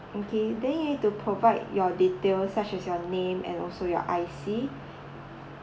okay then you need to provide your details such as your name and also your I_C